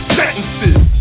sentences